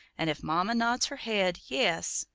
and if mama nods her head, yes,